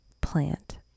plant